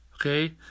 Okay